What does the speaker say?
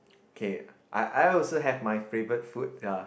okay I I also have my favorite food ya